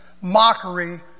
mockery